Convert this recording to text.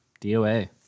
DOA